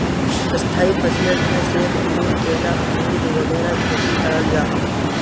स्थाई फसलेर तने सेब, अंगूर, केला, अमरुद वगैरह खेती कराल जाहा